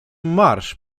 marsz